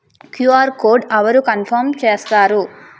QR code అవరు confirm చేస్తారు?